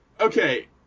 Okay